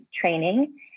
training